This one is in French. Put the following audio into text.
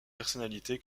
personnalité